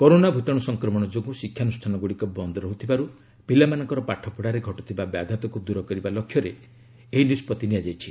corona ଭୂତାଣୁ ସଂକ୍ରମଣ ଯୋଗୁଁ ଶିକ୍ଷାନୁଷ୍ଠାନଗୁଡ଼ିକ ବନ୍ଦ ରହିଥିବାରୁ ପିଲାମାନଙ୍କ ପାଠପଡ଼ାରେ ଘଟୁଥିବା ବ୍ୟାଘାତକୁ ଦୂର କରିବା ଲକ୍ଷ୍ୟରେ ଏହି ନିଷ୍କଭି ନିଆଯାଇଛି